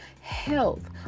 health